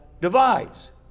divides